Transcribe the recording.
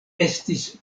estis